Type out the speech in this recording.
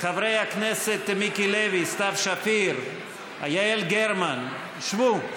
חברי הכנסת מיקי לוי, סתיו שפיר, יעל גרמן, שבו.